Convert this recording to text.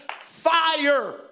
fire